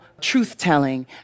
truth-telling